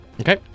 Okay